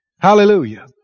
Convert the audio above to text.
Hallelujah